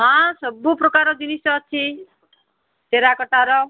ହଁ ସବୁ ପ୍ରକାର ଜିନିଷ ଅଛି ଟେରାକଟା ର